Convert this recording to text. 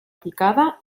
picada